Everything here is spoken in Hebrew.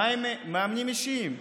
מה עם מאמנים אישיים?